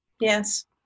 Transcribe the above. Yes